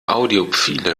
audiophile